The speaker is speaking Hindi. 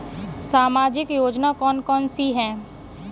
सामाजिक योजना कौन कौन सी हैं?